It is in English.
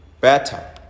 better